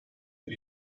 bir